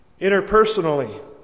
Interpersonally